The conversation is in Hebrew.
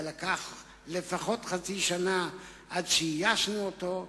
לקח לפחות חצי שנה עד שאיישנו אותו.